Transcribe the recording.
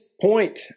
point